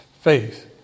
faith